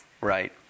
Right